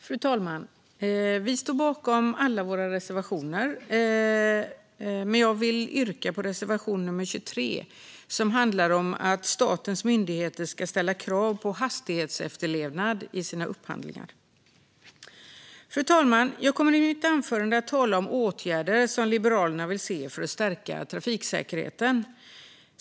Fru talman! Vi står bakom alla våra reservationer, men jag vill yrka bifall till reservation nr 23, som handlar om att statens myndigheter ska ställa krav på hastighetsefterlevnad vid sina upphandlingar. Fru talman! Jag kommer i mitt anförande att tala om åtgärder som Liberalerna vill se för att stärka trafiksäkerheten.